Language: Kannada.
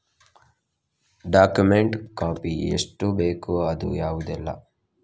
ಡಾಕ್ಯುಮೆಂಟ್ ಕಾಪಿ ಎಷ್ಟು ಬೇಕು ಅದು ಯಾವುದೆಲ್ಲ?